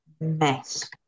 mess